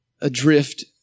adrift